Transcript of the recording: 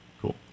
cool